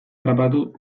harrapatu